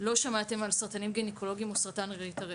לא שמעתם על סרטנים גניקולוגיים או סרטן רירית הרחם.